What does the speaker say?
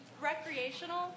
recreational